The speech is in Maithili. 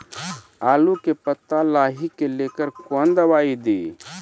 आलू के पत्ता लाही के लेकर कौन दवाई दी?